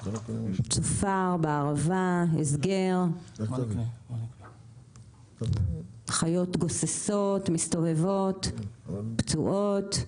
בצופר בערבה הסגר, חיות גוססות מסתובבות, פצועות,